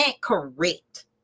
correct